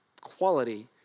quality